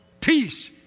Peace